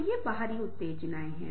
तो ये बाहरी उत्तेजनाएं हैं